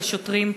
של השוטרים,